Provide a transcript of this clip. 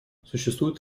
существует